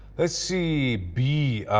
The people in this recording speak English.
let's see. b,